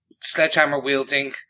sledgehammer-wielding